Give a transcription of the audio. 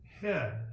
head